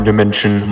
Dimension